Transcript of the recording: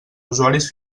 usuaris